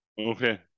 okay